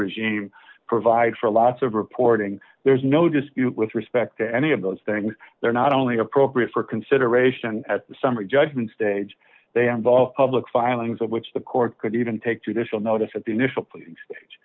regime provides for lots of reporting there's no dispute with respect to any of those things they're not only appropriate for consideration at the summary judgment stage they involve public filings of which the court could even take to this will notice at the initial pleading stage